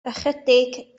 ychydig